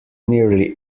nearly